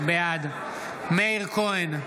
בעד מאיר כהן,